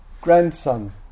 grandson